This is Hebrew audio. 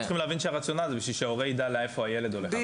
אנחנו צריכים להבין שהרציונל הוא שזה כדי שההורה ידע לאן הילד הולך.